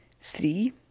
Three